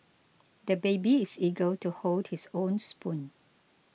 the baby is eager to hold his own spoon